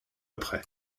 après